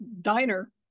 diner